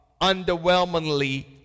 underwhelmingly